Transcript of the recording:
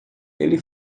ele